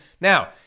Now